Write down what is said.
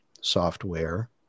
software